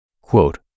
Quote